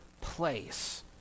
place